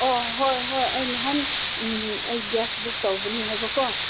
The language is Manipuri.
ꯑꯣ ꯍꯣꯏ ꯍꯣꯏ ꯑꯩ ꯅꯍꯥꯟ ꯑꯩ ꯒ꯭ꯌꯥꯁ ꯕꯨꯛ ꯇꯧꯕꯅꯤ ꯍꯥꯏꯕꯀꯣ